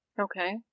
Okay